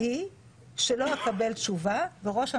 שנייה, אורית.